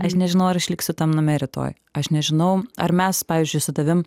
aš nežinau ar aš išliksiu tam name rytoj aš nežinau ar mes pavyzdžiui su tavim